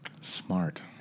Smart